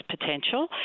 potential